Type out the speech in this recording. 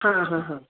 हां हां हां